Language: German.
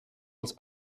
als